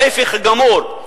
ההיפך הגמור,